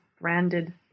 branded